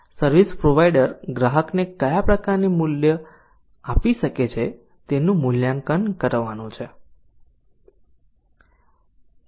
service provider ગ્રાહકને કયા પ્રકારનું મૂલ્ય આપી શકે છે તેનું મૂલ્યાંકન કરવાનું છે